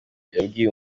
yabwiye